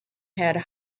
had